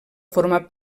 formar